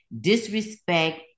disrespect